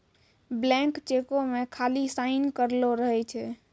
blank चेको मे खाली साइन करलो रहै छै